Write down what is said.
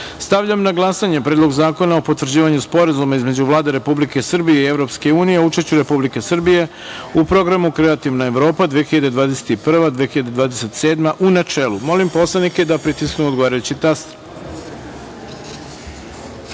na glasanje Predlog zakona o potvrđivanju Sporazuma između Vlade Republike Srbije i Evropske unije o učešću Republike Srbije u programu Kreativna Evropa (2021-2027), u načelu. Molim poslanike da pritisnu odgovarajući